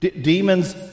Demons